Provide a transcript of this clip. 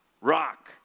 Rock